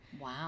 Wow